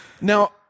Now